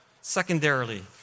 secondarily